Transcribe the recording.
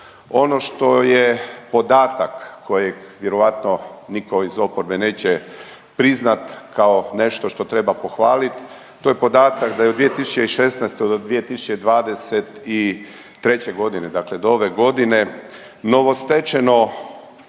Ono što je podatak kojeg vjerojatno nitko iz oporbe neće priznat kao nešto što treba pohvalit to je podatak da je od 2016. do 2023. godine, dakle do ove godine novostečeno